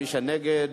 מי שנגד,